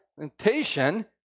implementation